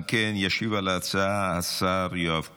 אם כן, ישיב על ההצעה השר יואב קיש,